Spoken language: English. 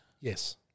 Yes